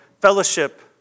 fellowship